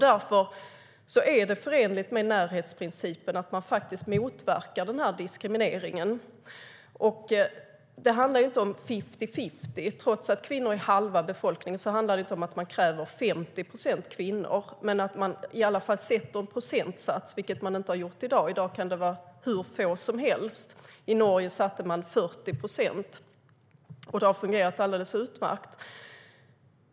Därför är det förenligt med närhetsprincipen att motverka denna diskriminering. Det handlar inte om fifty-fifty. Trots att kvinnor utgör halva befolkningen handlar det inte om att kräva 50 procent kvinnor men att man i alla fall sätter en procentsats, vilket man inte har i dag. I dag kan det vara hur få som helst. I Norge har man satt 40 som procentsats, och det har fungerat alldeles utmärkt.